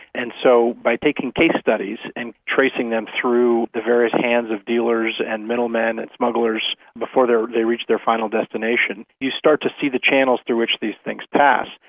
and so by taking case studies and tracing them through the various hands of dealers and middlemen and smugglers before they reach their final destination, you start to see the channels through which these things pass.